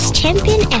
champion